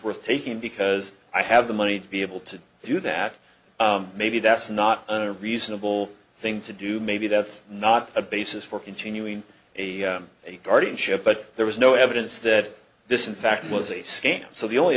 worth taking because i have the money to be able to do that maybe that's not a reasonable thing to do maybe that's not a basis for continuing a guardianship but there was no evidence that this in fact was a scam so the only